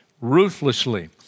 ruthlessly